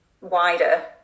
wider